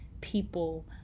people